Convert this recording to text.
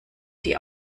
die